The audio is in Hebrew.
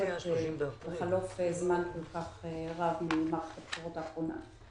בחלוף זמן כל כך רב ממערכת הבחירות האחרונה.